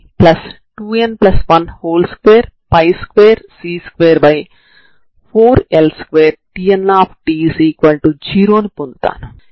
అందువల్ల మీరు ఇక్కడ వరకు వెళ్లాలంటే వాస్తవానికి 0 అంటే ఈ లైన్ నుండి 0 వరకు ఉంటుంది